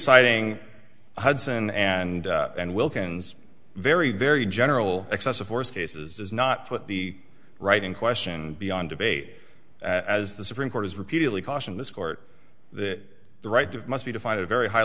citing hudson and and wilkens very very general excessive force cases does not put the right in question beyond debate as the supreme court has repeatedly cautioned this court that the right to must be to find a very high